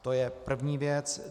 To je první věc.